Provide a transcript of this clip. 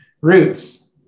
roots